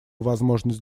возможность